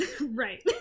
Right